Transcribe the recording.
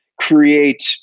create